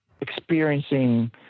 experiencing